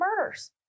murders